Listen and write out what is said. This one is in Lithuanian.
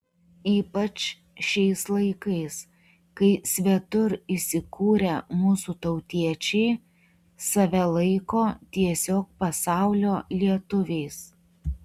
ypač šiais laikais kai svetur įsikūrę mūsų tautiečiai save laiko tiesiog pasaulio lietuviais